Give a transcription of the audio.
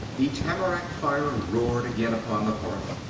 the tamarack fire roared again upon the hearth.